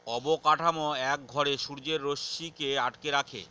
অবকাঠামো এক ঘরে সূর্যের রশ্মিকে আটকে রাখে